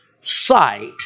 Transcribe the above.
sight